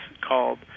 called